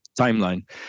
timeline